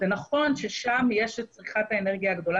נכון ששם יש את צריכת האנרגיה הגדולה